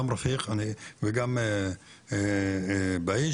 גם רפיק וגם בהיג',